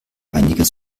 einiges